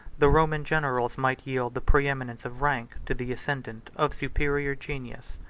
the roman generals might yield the preeminence of rank, to the ascendant of superior genius.